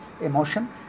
emotion